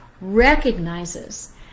recognizes